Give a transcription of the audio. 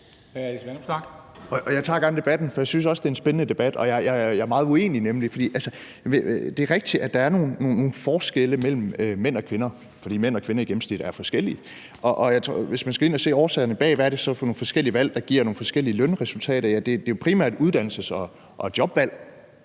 Jeg tager gerne debatten, for jeg synes også, det er en spændende debat, og jeg er nemlig meget uenig. Det er rigtigt, at der er nogle forskelle mellem mænd og kvinder, fordi mænd og kvinder i gennemsnit er forskellige. Hvis man skal ind at se på årsagerne bag, hvad det så er for nogle forskellige valg, der giver nogle forskellige lønresultater, ja, så er det primært uddannelses- og jobvalg: